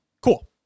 Cool